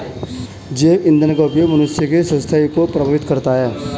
जैव ईंधन का उपयोग मनुष्य के स्वास्थ्य को प्रभावित करता है